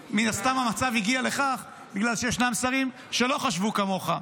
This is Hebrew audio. כי מן הסתם המצב הגיע לכך בגלל שישנם שרים שלא חשבו כמוך,